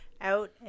out